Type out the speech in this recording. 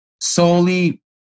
solely